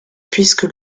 puisque